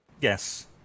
Yes